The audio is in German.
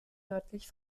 nördlich